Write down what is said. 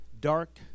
dark